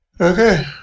Okay